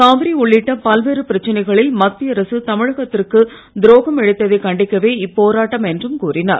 காவிரி உள்ளிட்ட பல்வேறு பிரச்சனைகளில் மத்திய அரசு தமிழகத்திற்கு துரோகம் இழைத்ததை கண்டிக்கவே இப்போராட்டம் என்றும் கூறினார்